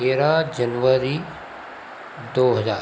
तेरह जनवरी दो हजार